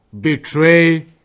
betray